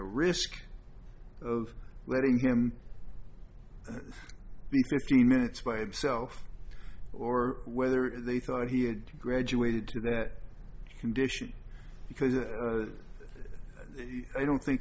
risk of letting him be fifteen minutes by himself or whether they thought he had graduated to that condition because i don't think